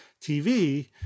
TV